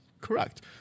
correct